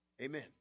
Amen